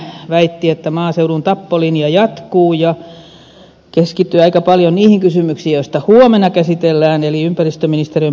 pentti oinonen väitti että maaseudun tappolinja jatkuu ja keskittyi aika paljon niihin kysymyksiin joita huomenna käsitellään eli ympäristöministeriön pääluokkaan